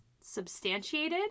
substantiated